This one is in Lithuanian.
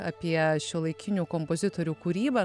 apie šiuolaikinių kompozitorių kūrybą